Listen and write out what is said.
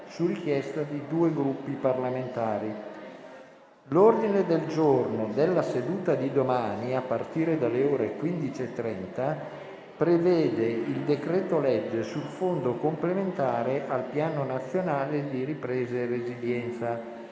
su richiesta di due Gruppi parlamentari. L'ordine del giorno della seduta di domani, a partire dalle ore 15,30, prevede il decreto-legge sul Fondo complementare al Piano nazionale di ripresa e resilienza